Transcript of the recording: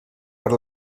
per